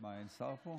אין פה שר?